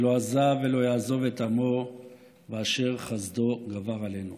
שלא עזב ולא יעזוב את עמו ואשר חסדו גבר עלינו.